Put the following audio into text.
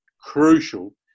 crucial